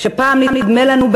שפעם נדמה לנו,